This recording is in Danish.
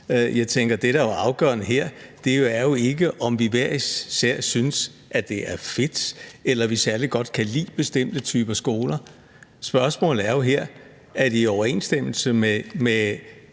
det, der er afgørende her, jo ikke er, om vi hver især synes, at det er fedt, eller om vi særlig godt kan lide bestemte typer skoler. Spørgsmålet er jo her, om det er i overensstemmelse med